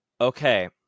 okay